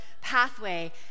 pathway